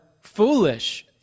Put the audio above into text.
foolish